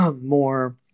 more